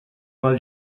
mal